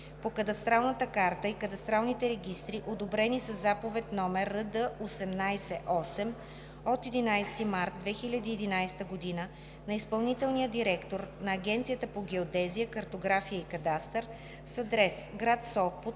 по кадастралната карта и кадастралните регистри, одобрени със Заповед № РД-18-8 от 11 март 2011 г. на изпълнителния директор на Агенцията по геодезия, картография и кадастър, с адрес гр. Сопот,